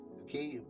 Okay